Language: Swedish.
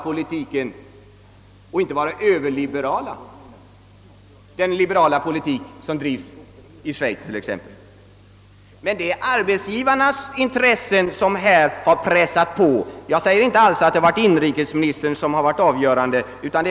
Den skulle likna den liberala politik som bedrivs t.ex. i Schweiz. Det är arbetsgivarnas intressen som pressar på här. Jag säger inte att inrikesministern ensam varit avgörande.